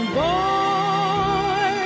boy